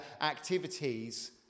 activities